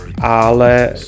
ale